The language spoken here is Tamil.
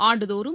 ஆண்டுதோறும்